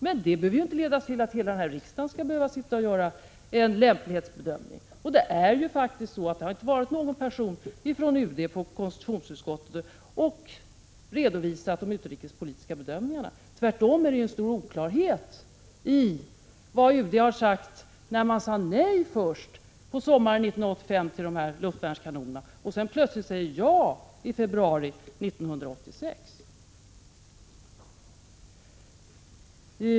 Men det behöver ju inte leda till att hela riksdagen skall tvingas göra en lämplighetsbedömning när det gäller den här vapenexporten. Och ingen från UD har inför utskottet redovisat de utrikespolitiska bedömningarna. Tvärtom råder det ju stor oklarhet om UD:s agerande när UD först sade nej beträffande luftvärnskanonerna på sommaren 1985 och sedan plötsligt sade ja i februari 1986.